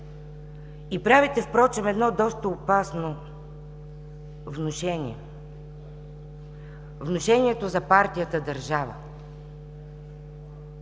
и правите впрочем едно доста опасно внушение – внушението за партията-държава,